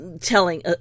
Telling